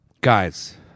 Guys